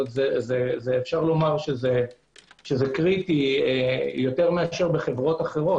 אפשר לומר שזה קריטי יותר מאשר בחברות אחרות.